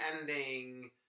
ending